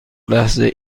لحظه